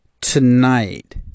tonight